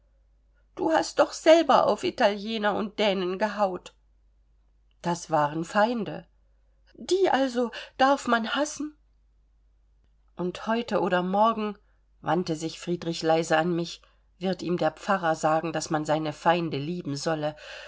du hast doch selber auf italiener und dänen gehaut das waren feinde die also darf man hassen und heute oder morgen wandte sich friedrich leise an mich wird ihm der pfarrer sagen daß man seine feinde lieben solle